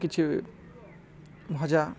କିଛି ଭଜା